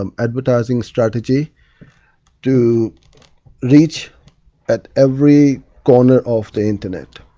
um advertising strategy to reach at every corner of the internet.